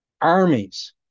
armies